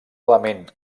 element